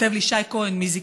וכך כותב לי שי כהן מזיקים: